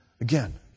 Again